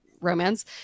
romance